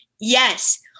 yes